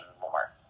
more